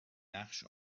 نقش